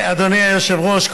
אדוני היושב-ראש,